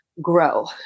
grow